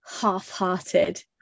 half-hearted